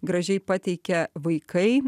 gražiai pateikia vaikai